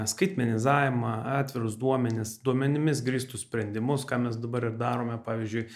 skaitmenizavimą atvirus duomenis duomenimis grįstus sprendimus ką mes dabar ir darome pavyzdžiui